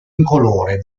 incolore